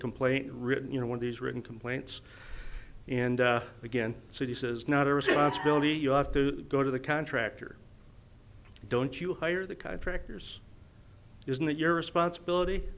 complaint ridden you know one of these written complaints and again so he says not a responsibility you have to go to the contractor don't you hire the contractors isn't that your responsibility